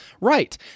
Right